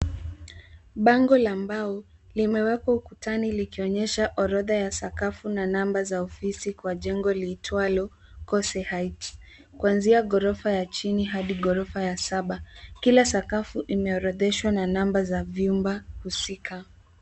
Bango la mbao limewekwa ukutani likionyesha orodha ya sakafu na namba za ofisi kwa jengo liitwalo Kose Heights kuanzia ghorofa ya chini hadi ghorofa ya saba. Kila sakafu imeorodheshwa na namba za vyumba husika.